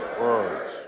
Words